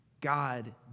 God